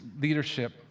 leadership